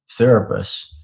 therapists